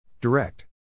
Direct